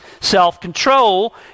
self-control